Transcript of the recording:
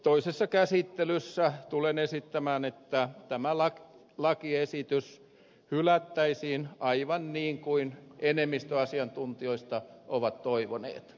toisessa käsittelyssä tulen esittämään että tämä lakiesitys hylättäisiin aivan niin kuin enemmistö asiantuntijoista on toivonut